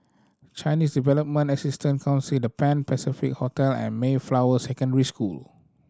Chinese Development Assistance Council The Pan Pacific Hotel and Mayflower Secondary School